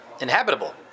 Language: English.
inhabitable